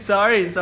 Sorry